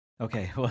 Okay